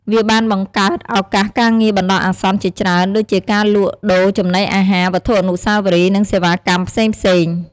វាបានបង្កើតឱកាសការងារបណ្ដោះអាសន្នជាច្រើន ដូចជាការលក់ដូរចំណីអាហារ វត្ថុអនុស្សាវរីយ៍ និងសេវាកម្មផ្សេងៗ។